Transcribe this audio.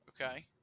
Okay